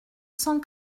cent